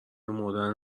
مردن